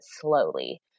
slowly